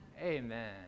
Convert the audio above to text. Amen